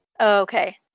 okay